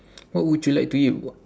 what would you like to eat w~